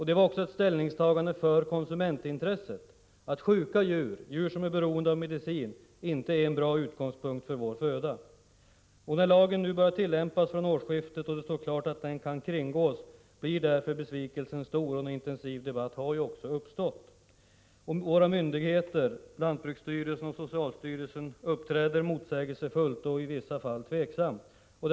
Det var också ett ställningstagande för konsumentintresset: att sjuka djur, beroende av medicin, inte är en bra utgångspunkt för vår föda. När lagen nu börjar tillämpas från årsskiftet och det står klart att den kan kringgås blir därför besvikelsen stor. En intensiv debatt har också uppstått. Våra myndigheter på området, lantbruksstyrelsen och socialstyrelsen, uppträder motsägelsefullt och i vissa fall tveksamt.